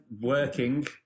Working